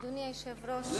אדוני היושב-ראש,